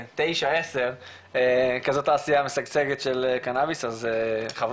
ב-2009-2010 עוד לא הייתה כזאת תעשיה משגשגת של קנאביס וחבל.